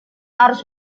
harus